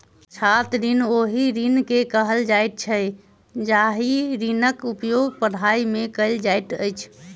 छात्र ऋण ओहि ऋण के कहल जाइत छै जाहि ऋणक उपयोग पढ़ाइ मे कयल जाइत अछि